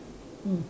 mm